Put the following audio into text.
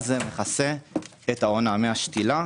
אז זה מכסה את העונה מהשתילה.